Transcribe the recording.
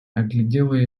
оглядела